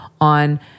on